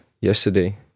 yesterday